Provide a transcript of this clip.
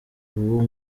ubu